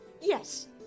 Yes